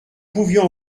pouvions